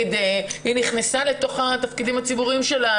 שהיא נכנסה לתוך התפקידים הציבורים שלה,